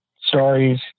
stories